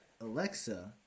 alexa